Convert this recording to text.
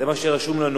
זה מה שרשום לנו.